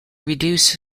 reduce